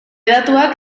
datuak